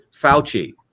Fauci